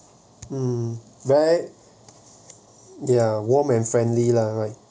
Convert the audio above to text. mm right ya warm and friendly lah right